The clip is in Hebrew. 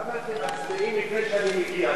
למה אתם מצביעים לפני שאני מגיע?